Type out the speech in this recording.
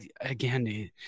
Again